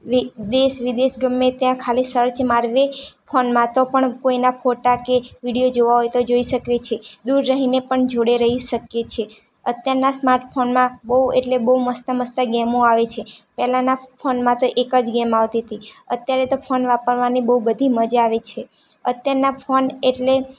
દેશ વિદેશ ગમે ત્યાં ખાલી સર્ચ મારીએ ફોનમાં તો પણ કોઈના ફોટા કે વિડીયો જોવા હોય તો જોઈ શકીએ છીએ દૂર રહીને પણ જોડે રહી શકીએ છીએ અત્યારના સ્માટ ફોનમાં બહુ એટલે બહુ મસ્ત મસ્ત ગેમો આવે છે પહેલાંના ફોનમાં તો એક જ ગેમ આવતી હતી અત્યારે તો ફોન વાપરવાની બહુ બધી મજા આવે છે અત્યારના ફોન એટલે